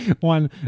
one